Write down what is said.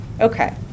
Okay